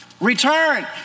Return